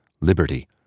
liberty